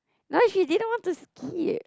no she didn't want to skip